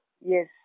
yes